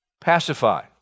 pacify